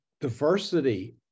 diversity